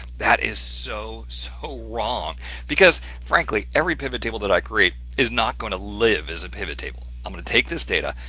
that is so, so wrong because frankly every pivot table that i create is not going to live as a pivot table. i'm going to take this data,